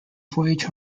voyage